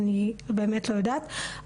אני באמת לא יודעת,